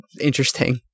interesting